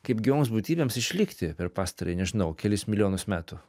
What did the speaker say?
kaip gyvoms būtybėms išlikti per pastarąjį nežinau kelis milijonus metų